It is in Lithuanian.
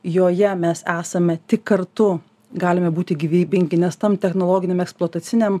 joje mes esame tik kartu galime būti gyvybingi nes tam technologiniam eksploataciniam